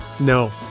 No